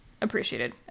appreciated